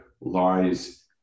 lies